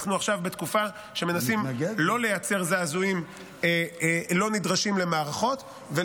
אנחנו עכשיו בתקופה שמנסים לא לייצר זעזועים לא נדרשים למערכות.